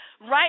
Right